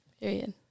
Period